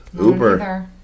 uber